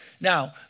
now